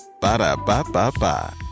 Ba-da-ba-ba-ba